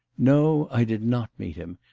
no, i did not meet him,